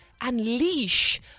unleash